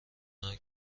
مرگ